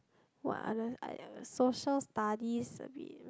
what other I don't I Social Studies a bit